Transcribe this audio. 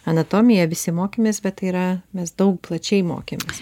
anatomiją visi mokėmės bet tai yra mes daug plačiai mokėmės